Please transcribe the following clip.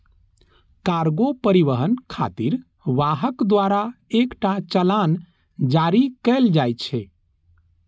cargo परिवहन खातिर वाहक द्वारा एकटा चालान जारी कैल जाइ छै